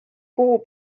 kuu